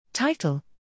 Title